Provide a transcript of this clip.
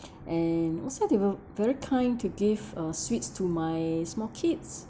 and also they were very kind to give uh sweets to my small kids